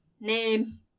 Name